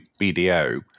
BDO